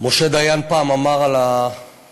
משה דיין פעם אמר על הקצינים,